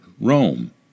Rome